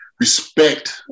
respect